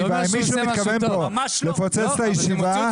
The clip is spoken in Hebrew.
אם מישהו מתכוון לפוצץ את הישיבה,